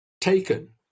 taken